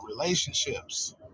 relationships